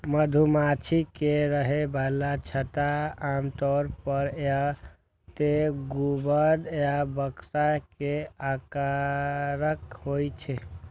मधुमाछी के रहै बला छत्ता आमतौर पर या तें गुंबद या बक्सा के आकारक होइ छै